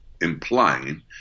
implying